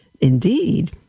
Indeed